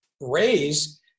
raise